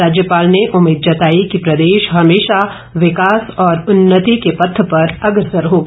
राज्यपाल ने उम्मीद जताई कि प्रदेश हमेशा विकास और उन्नति के पथ पर अग्रसर होगा